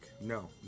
No